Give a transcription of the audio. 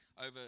over